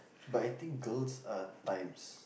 but I think girls are times